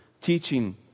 teaching